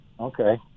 Okay